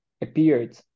appeared